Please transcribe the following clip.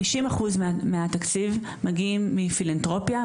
50% מהתקציב מגיעים מפילנתרופיה,